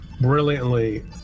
brilliantly